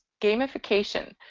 gamification